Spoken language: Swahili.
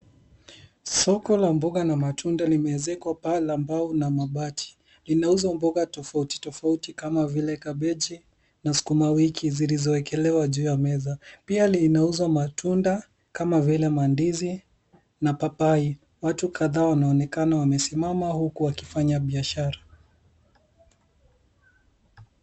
Soko la mboga na matunda limeezekwa paa la mbao na mabati, linauza mboga tofauti tofauti kama vile kabeji na sukuma wiki zilizowekelewa juu ya meza. Pia linauza matunga kama vile mandizi na papai. Watu kadhaa wanaonekana wamesimama huku wakifanya biashara.